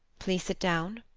please sit down.